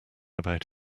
about